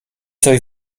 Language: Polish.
coś